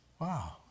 Wow